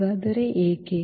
ಹಾಗಾದರೆ ಏಕೆ